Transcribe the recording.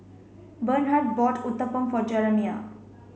Bernhard bought Uthapam for Jeramiah